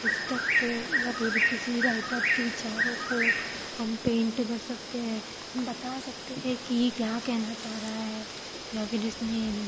पुस्तक को या फिर किसी राइटर के विचारों को हम पेंट कर सकते हैं हम बता सकते हैं कि ये क्या कहना चाह रहा है या फिर इसने